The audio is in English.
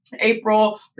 April